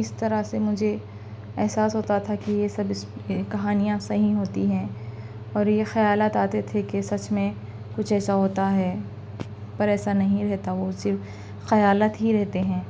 اس طرح سے مجھے احساس ہوتا تھا کہ یہ سب اس پہ کہانیاں صحیح ہوتی ہیں اور یہ خیالات آتے تھے کہ سچ میں کچھ ایسا ہوتا ہے پر ایسا نہیں رہتا وہ صرف خیالات ہی رہتے ہیں